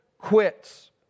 quits